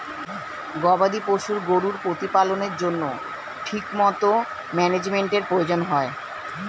গবাদি পশু গরুর প্রতিপালনের জন্য ঠিকমতো ম্যানেজমেন্টের প্রয়োজন হয়